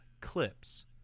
clips